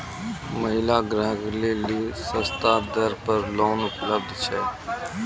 महिला ग्राहक लेली सस्ता दर पर लोन उपलब्ध छै?